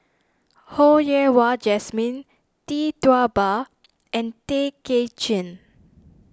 Ho Yen Wah Jesmine Tee Tua Ba and Tay Kay Chin